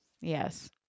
Yes